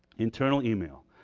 internal email.